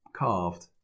carved